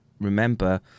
remember